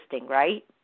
right